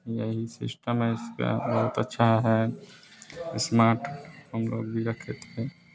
यही सिस्टम है इसका बहुत अच्छा है स्मार्ट हम लोग भी रखते थे